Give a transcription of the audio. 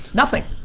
nothing.